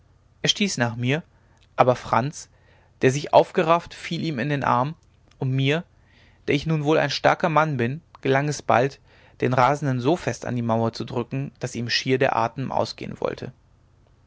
er stieß nach mir aber franz der sich aufgerafft fiel ihm in den arm und mir der ich nun wohl ein starker mann bin gelang es bald den rasenden so fest an die mauer zu drücken daß ihm schier der atem ausgehen wollte